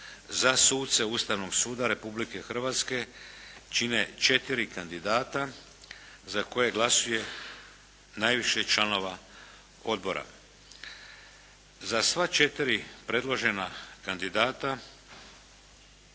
za suce Ustavnog suda Republike Hrvatske čine četiri kandidata za koje glasuje najviše članova odbora. Za sva četiri predložena kandidata,